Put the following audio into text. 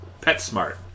PetSmart